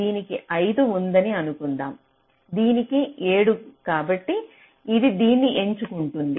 దీనికి 5 ఉందని అనుకుందాం దీనికి 7 కాబట్టి ఇది దీన్ని ఎంచుకుంటుంది